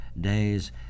days